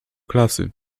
klasy